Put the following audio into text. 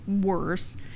worse